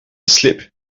slip